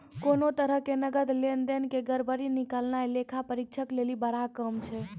कोनो तरहो के नकद लेन देन के गड़बड़ी निकालनाय लेखा परीक्षक लेली बड़ा काम छै